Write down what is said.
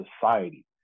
society